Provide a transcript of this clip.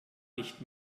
nicht